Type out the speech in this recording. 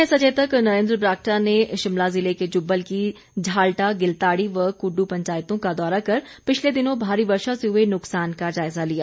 मुख्य सचेतक नरेन्द्र बरागटा ने शिमला जिले के जुब्बल की झालटा गिलताड़ी व कुडू पंचायतों का दौरा कर पिछले दिनों भारी वर्षा से हुए नुकसान का जायजा लिया